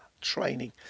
training